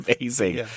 amazing